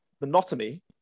monotony